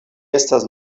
estas